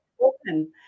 open